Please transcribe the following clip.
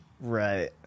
Right